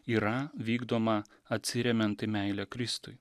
yra vykdoma atsiremiant į meilę kristui